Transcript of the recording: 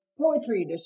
poetry